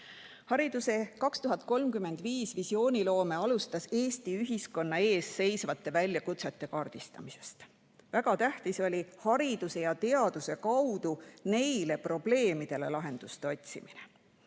Hariduse visiooniloomet 2035. aastaks alustati Eesti ühiskonna ees seisvate väljakutsete kaardistamisest. Väga tähtis oli hariduse ja teaduse kaudu neile probleemidele lahenduse otsimine.